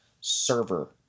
server